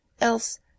Else